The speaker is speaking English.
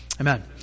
Amen